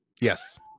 Yes